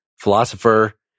philosopher